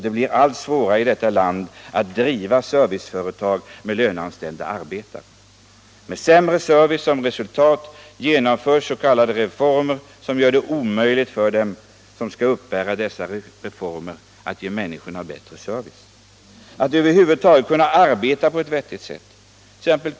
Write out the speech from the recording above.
Det blir allt svårare att i detta land driva serviceföretag med löneanställda medarbetare. Med sämre service som resultat genomförs s.k. reformer, som gör det omöjligt för dem som skall uppbära dessa reformer att ge människor bättre service, att över huvud taget kunna arbeta på ett vettigt sätt.